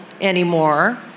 anymore